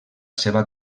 seva